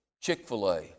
Chick-fil-A